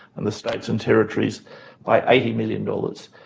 and the states and territories by eighty million dollars.